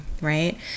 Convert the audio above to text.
right